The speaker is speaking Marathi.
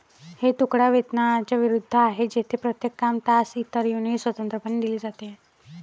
हे तुकडा वेतनाच्या विरुद्ध आहे, जेथे प्रत्येक काम, तास, इतर युनिट स्वतंत्रपणे दिले जाते